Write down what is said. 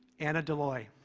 anna deloi.